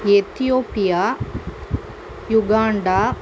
Ethiopia Uganda